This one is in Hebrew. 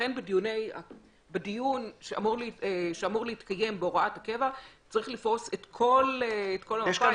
לכן בדיון שאמור להתקיים בהוראת הקבע צריך לפרוס את כל המפה,